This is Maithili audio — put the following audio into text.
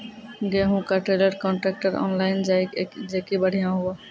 गेहूँ का ट्रेलर कांट्रेक्टर ऑनलाइन जाए जैकी बढ़िया हुआ